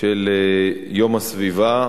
של יום הסביבה.